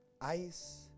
ice